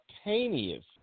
spontaneous